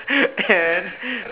and